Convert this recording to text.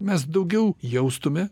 mes daugiau jaustume